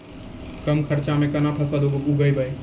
कम खर्चा म केना फसल उगैबै?